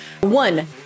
One